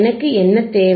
எனக்கு என்ன தேவை